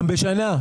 פעם בשנה.